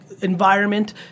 environment